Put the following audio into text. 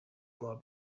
club